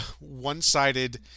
one-sided